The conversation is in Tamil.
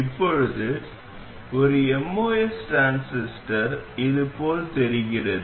இப்போது ஒரு MOS டிரான்சிஸ்டர் இது போல் தெரிகிறது